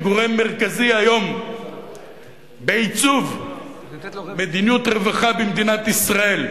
כגורם מרכזי היום בעיצוב מדיניות רווחה במדינת ישראל,